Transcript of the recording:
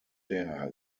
der